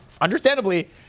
understandably